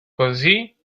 così